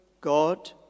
God